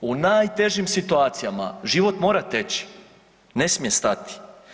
U najtežim situacijama život mora teći, ne smije stati.